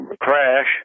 crash